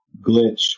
glitch